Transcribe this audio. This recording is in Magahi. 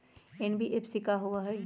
एन.बी.एफ.सी कि होअ हई?